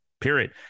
Period